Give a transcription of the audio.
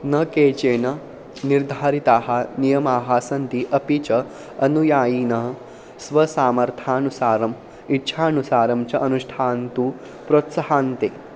न केचन निर्धारिताः नियमाः सन्ति अपि च अनुयायिनः स्वसामर्थ्यानुसारम् इच्छानुसारं च अनुष्ठातुं प्रोत्साह्यन्ते